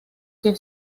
que